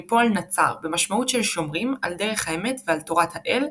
מפועל נצר במשמעות של "שומרים" על דרך האמת ועל תורת האל,